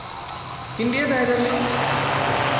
Indian idol